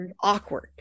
awkward